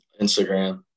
Instagram